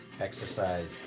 exercise